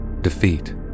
defeat